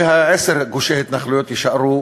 ועשרה גושי התנחלויות יישארו